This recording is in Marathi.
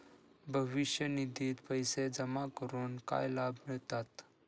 भविष्य निधित पैसे जमा करून काय लाभ मिळतात?